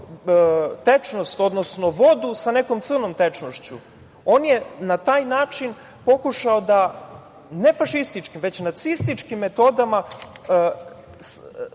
tečnost odnosno vodu sa nekom crnom tečnošću. On je na taj način pokušao da ne fašistički nego nacističkim metodama